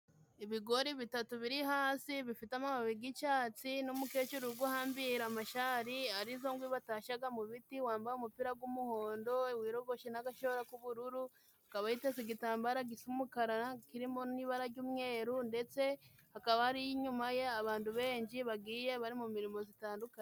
Ibigori bitatu biri hasi bifite amababi g'icyatsi, n'umukecuru uri guhambira amashari arizo nkwi batashyaga mu biti, wambaye umupira g'umuhondo wiyorogoshe n'agashora k'ubururu. Akaba yiteze igitambara gisa umukara, kirimo n'ibara ry'umweru ndetse hakaba hariho inyuma ye abantu benshi, bagiye bari mu mirimo zitandukanye.